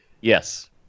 yes